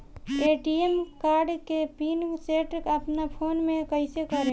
ATM card के PIN set अपना phone से कइसे करेम?